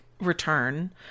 return